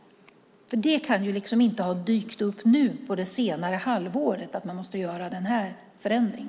Det kan inte ha dykt upp nu, under det senaste halvåret, att man måste göra denna förändring.